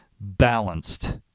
balanced